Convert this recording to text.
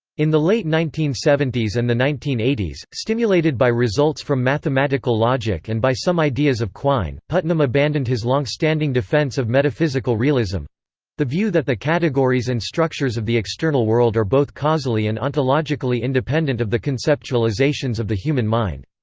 in late nineteen seventy s and the nineteen eighty s, stimulated by results from mathematical logic and by some ideas of quine, putnam abandoned his long-standing defence of metaphysical realism the view that the categories and structures of the external world are both causally and ontologically independent of the conceptualizations of the human mind.